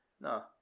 No